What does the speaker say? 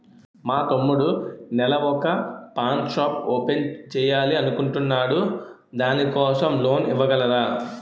మా తమ్ముడు నెల వొక పాన్ షాప్ ఓపెన్ చేయాలి అనుకుంటునాడు దాని కోసం లోన్ ఇవగలరా?